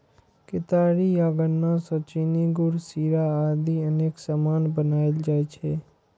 केतारी या गन्ना सं चीनी, गुड़, शीरा आदि अनेक सामान बनाएल जाइ छै